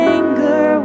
anger